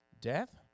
death